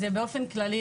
אז באופן כללי,